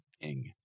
ing